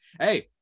hey